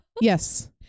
Yes